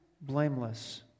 blameless